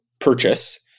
Purchase